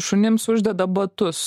šunims uždeda batus